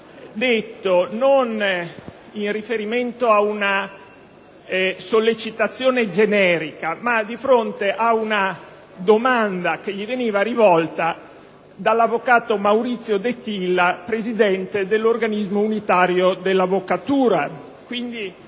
detto ciò non in riferimento a una sollecitazione generica, ma di fronte a una domanda che gli veniva rivolta dall'avvocato Maurizio de Tilla, presidente dell'Organismo unitario dell'avvocatura.